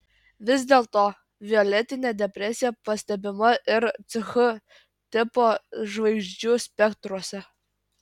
vis dėlto violetinė depresija pastebima ir ch tipo žvaigždžių spektruose